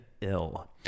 ill